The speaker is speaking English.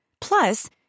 Plus